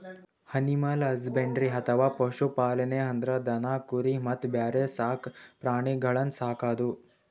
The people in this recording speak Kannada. ಅನಿಮಲ್ ಹಜ್ಬೆಂಡ್ರಿ ಅಥವಾ ಪಶು ಪಾಲನೆ ಅಂದ್ರ ದನ ಕುರಿ ಮತ್ತ್ ಬ್ಯಾರೆ ಸಾಕ್ ಪ್ರಾಣಿಗಳನ್ನ್ ಸಾಕದು